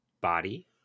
body